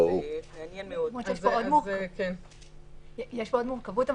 יש פה עוד מורכבות,